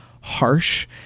harsh